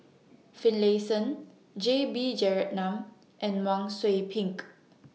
Finlayson J B Jeyaretnam and Wang Sui Pick